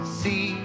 see